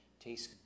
tastes